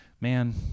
man